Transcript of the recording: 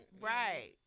Right